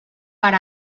per